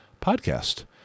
PODCAST